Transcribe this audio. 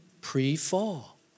pre-fall